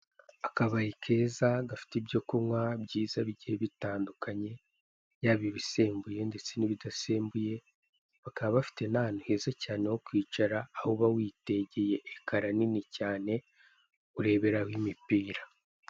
Akabari keza gafite ibyo kunywa byiza bigiye bitandukanye, yaba ibisembuye ndetse n'ibidasembuye, bakaba bafite n'ahantu heza cyane ho kwicara aho uba witegeye ekara nini cyane ureberaho imipira.